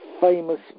famous